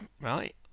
right